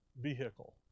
vehicle